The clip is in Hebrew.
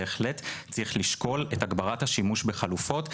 בהחלט צריך לשקול את הגברת השימוש בחלופות.